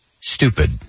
stupid